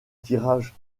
tirage